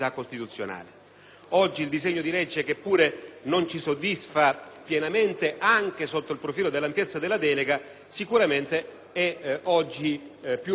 oggi, il disegno di legge - che pure non ci soddisfa pienamente, anche sotto il profilo dell'ampiezza della delega - sicuramente è più ristretto.